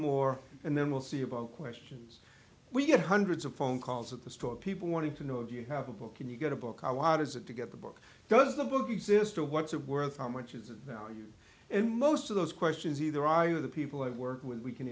more and then we'll see about questions we get hundreds of phone calls at the store people wanting to know if you have a book can you get a book how hard is it to get the book does the book exist or what's it worth how much is it value and most of those questions either i or the people i work with we can